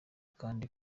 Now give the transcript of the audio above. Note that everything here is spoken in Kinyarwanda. kandi